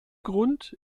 grund